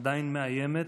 עדיין מאיימת,